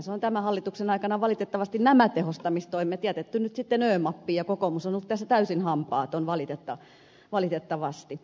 nythän tämän hallituksen aikana on valitettavasti nämä tehostamistoimet jätetty ö mappiin ja kokoomus on ollut tässä täysin hampaaton valitettavasti